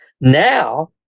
Now